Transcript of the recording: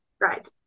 Right